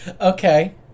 okay